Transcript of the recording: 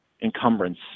encumbrance